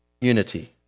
unity